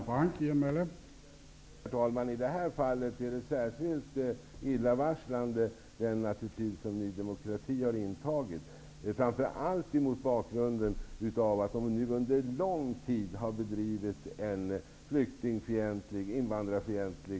Herr talman! I det är fallet är den attityd som Ny demokrati har intagit särskilt illavarslande. Det är framför allt mot den bakgrunden att de under lång tid har bedrivit en flykting och invandrarfientlig...